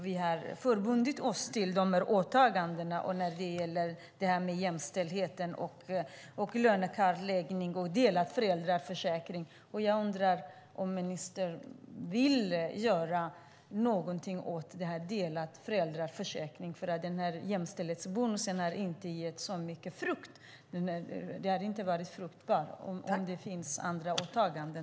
Vi har förbundit oss till detta när det gäller jämställdheten, lönekartläggning och delad föräldraförsäkring. Jag undrar om ministern vill göra någonting åt den delade föräldraförsäkringen. Jämställdhetsbonusen har inte varit fruktbar. Finns det andra åtaganden?